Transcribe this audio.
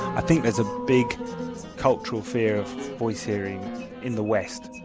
i think there's a big cultural fear of voice hearing in the west.